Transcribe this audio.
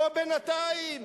בוא בינתיים,